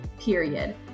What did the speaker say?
period